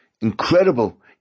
incredible